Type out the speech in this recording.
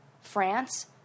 France